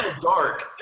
dark